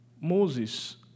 Moses